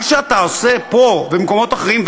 מה שאתה עושה פה ובמקומות אחרים,